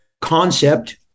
concept